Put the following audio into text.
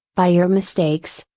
by your mistakes,